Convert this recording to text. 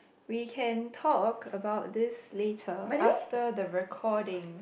we can talk about this later after the recording